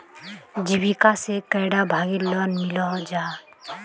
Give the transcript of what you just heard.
जीविका से कैडा भागेर लोन मिलोहो जाहा?